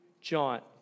giant